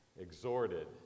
exhorted